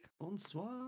Bonsoir